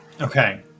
Okay